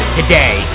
today